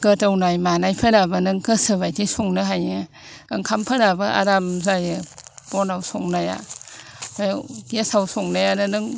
गोदोवनाय मानायफोराबो गोसो बायदि संनो हायो ओंखामफोराबो आराम जायो बनाव संनाया बे गेसाव संनायानो नों